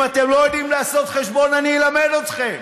אם אתם לא יודעים לעשות חשבון, אני אלמד אתכם.